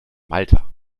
malta